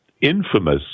infamous